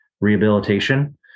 rehabilitation